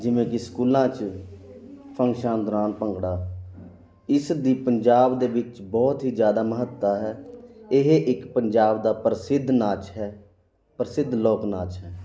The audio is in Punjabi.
ਜਿਵੇਂ ਕਿ ਸਕੂਲਾਂ 'ਚ ਫੰਕਸ਼ਨਾਂ ਦੌਰਾਨ ਭੰਗੜਾ ਇਸ ਦੀ ਪੰਜਾਬ ਦੇ ਵਿੱਚ ਬਹੁਤ ਹੀ ਜ਼ਿਆਦਾ ਮਹੱਤਤਾ ਹੈ ਇਹ ਇੱਕ ਪੰਜਾਬ ਦਾ ਪ੍ਰਸਿੱਧ ਨਾਚ ਹੈ ਪ੍ਰਸਿੱਧ ਲੋਕ ਨਾਚ ਹੈ